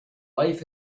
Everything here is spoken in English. life